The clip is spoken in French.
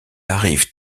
arrive